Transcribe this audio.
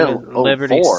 Liberty